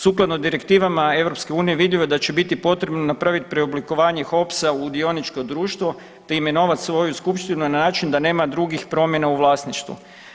Sukladno direktivama EU vidljivo je da će biti potrebno napraviti preoblikovanje HOPS-a u dioničko društvo te imenovati svoju skupštinu na način da nema drugih promjena u vlasništvu.